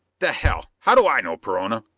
the hell how do i know, perona?